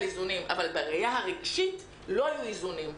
איזונים אבל בראייה הרגשית לא היו איזונים.